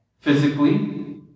physically